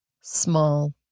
small